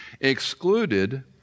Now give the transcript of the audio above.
Excluded